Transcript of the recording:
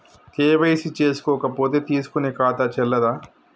KYC చేసుకోకపోతే తీసుకునే ఖాతా చెల్లదా?